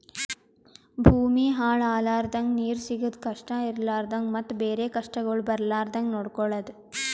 ಭೂಮಿ ಹಾಳ ಆಲರ್ದಂಗ, ನೀರು ಸಿಗದ್ ಕಷ್ಟ ಇರಲಾರದಂಗ ಮತ್ತ ಬೇರೆ ಕಷ್ಟಗೊಳ್ ಬರ್ಲಾರ್ದಂಗ್ ನೊಡ್ಕೊಳದ್